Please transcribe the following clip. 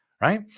right